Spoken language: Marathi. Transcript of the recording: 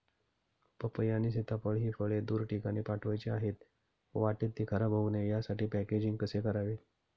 पपई आणि सीताफळ हि फळे दूर ठिकाणी पाठवायची आहेत, वाटेत ति खराब होऊ नये यासाठी पॅकेजिंग कसे करावे?